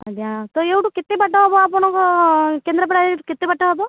ଆଜ୍ଞା ଏଇଠୁ କେତେ ବାଟ ହେବ ଆପଣଙ୍କ କେନ୍ଦ୍ରାପଡ଼ା ଏଇଠୁ କେତେ ବାଟ ହେବ